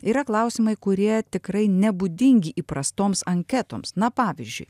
yra klausimai kurie tikrai nebūdingi įprastoms anketoms na pavyzdžiui